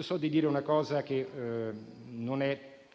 So di dire una cosa non